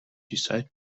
decide